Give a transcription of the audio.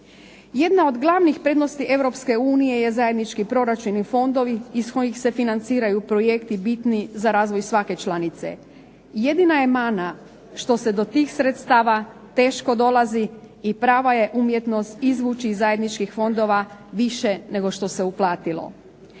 Jedna od glavnih prednosti Europske unije je zajednički proračun i fondovi, iz kojih se financiraju projekti bitni za razvoj svake članice. Jedina je mana što se do tih sredstava teško dolazi, i prava je umjetnost izvući iz zajedničkih fondova više nego što se uplatilo.